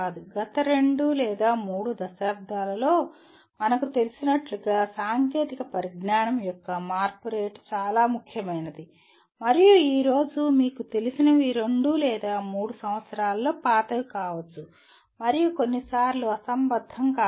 గత రెండు లేదా మూడు దశాబ్దాలలో మనకు తెలిసినట్లుగా సాంకేతిక పరిజ్ఞానం యొక్క మార్పు రేటు చాలా ముఖ్యమైనది మరియు ఈ రోజు మీకు తెలిసినవి రెండు లేదా మూడు సంవత్సరాలలో పాతవి కావచ్చు మరియు కొన్నిసార్లు అసంబద్ధం కావచ్చు